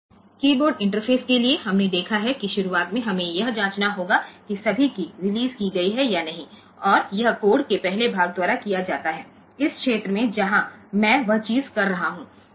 તેથી keyboard interface માટે આપણે જોયું છે કે શરૂઆતમાં આપણે તપાસ કરવી પડશે કે બધી કી રીલીઝ થઈ છે કે નહીં અને તે કોડ ના પહેલા ભાગ દ્વારા આ પ્રદેશમાં કે જ્યાં હું તે કરી રહ્યો છું ત્યાં થાય છે